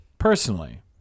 Personally